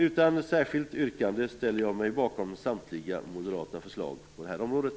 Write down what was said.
Utan något särskilt yrkande ställer jag mig bakom samtliga moderata förslag på det här området.